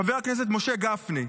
חבר הכנסת משה גפני,